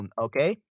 okay